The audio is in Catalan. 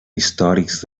històrics